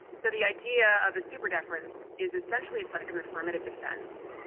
so the idea of a super deference is, essentially, it's like an affirmative defense.